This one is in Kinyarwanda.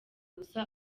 gusa